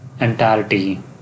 entirety